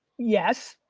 yes.